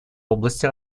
области